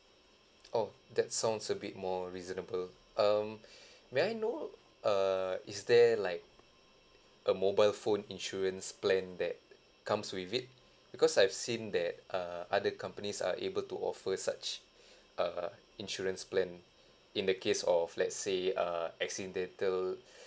oh that sounds a bit more reasonable um may I know err is there like a mobile phone insurance plan that comes with it because I've seen that uh other companies are able to offer such uh insurance plan in the case of let's say err accidental